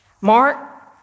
Mark